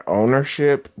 ownership